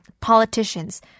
politicians